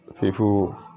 people